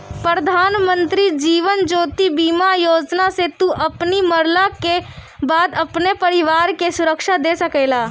प्रधानमंत्री जीवन ज्योति बीमा योजना से तू अपनी मरला के बाद अपनी परिवार के सुरक्षा दे सकेला